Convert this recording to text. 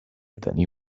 tenir